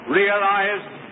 realized